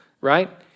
right